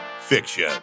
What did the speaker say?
Fiction